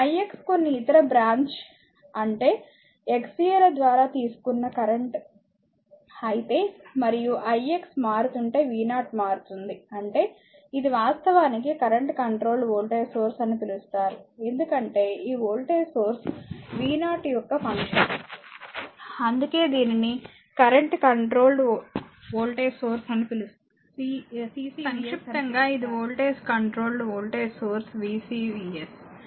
Ix కొన్ని ఇతర branch అంటే xa ల ద్వారా తీసుకున్న కరెంట్ అయితే మరియు i x మారుతుంటే v0 మారుతోంది అంటే ఇది వాస్తవానికి కరెంట్ కంట్రోల్డ్ వోల్టేజ్ సోర్స్ అని పిలుస్తారు ఎందుకంటే ఈ వోల్టేజ్ సోర్స్ v 0 కరెంట్ యొక్క ఫంక్షన్ అందుకే దీనిని current controlled voltage source CCVS అని పిలుస్తారు సంక్షిప్తంగా ఇది voltage controlled voltage source VCVS